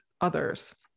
others